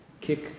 kick